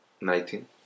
Nineteen